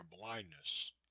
blindness